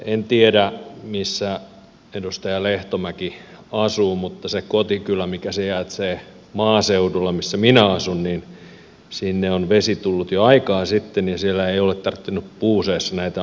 en tiedä missä edustaja lehtomäki asuu mutta sinne kotikylään mikä sijaitsee maaseudulla missä minä asun on vesi tullut jo aikaa sitten ja siellä ei ole tarvinnut puuseessä näitä asioita tehdä